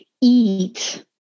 eat